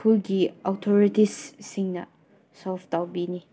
ꯈꯨꯜꯒꯤ ꯑꯧꯊꯣꯔꯤꯇꯤꯁꯁꯤꯡꯅ ꯁꯣꯜꯐ ꯇꯧꯕꯤꯅꯤ